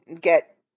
get